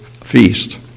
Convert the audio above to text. feast